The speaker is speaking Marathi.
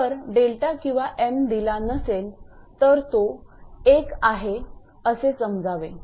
जर 𝛿 किंवा 𝑚 दिला नसेल तर तो 1 आहे असे समजावे